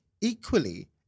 equally